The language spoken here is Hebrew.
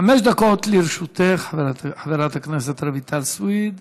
חמש דקות לרשותך, חברת הכנסת רויטל סויד.